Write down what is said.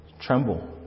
tremble